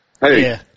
Hey